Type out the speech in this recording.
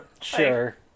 Sure